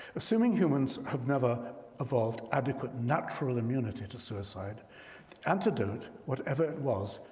assuming humans have never evolved adequate natural immunity to suicide, the antidote, whatever it was,